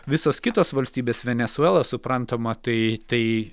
visos kitos valstybės venesuela suprantama tai tai